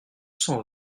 cent